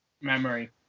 memory